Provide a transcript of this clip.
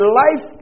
life